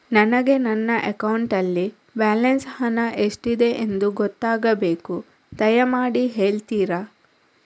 ನನಗೆ ನನ್ನ ಅಕೌಂಟಲ್ಲಿ ಬ್ಯಾಲೆನ್ಸ್ ಹಣ ಎಷ್ಟಿದೆ ಎಂದು ಗೊತ್ತಾಗಬೇಕು, ದಯಮಾಡಿ ಹೇಳ್ತಿರಾ?